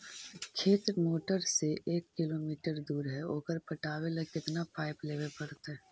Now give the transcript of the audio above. खेत मोटर से एक किलोमीटर दूर है ओकर पटाबे ल केतना पाइप लेबे पड़तै?